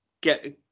get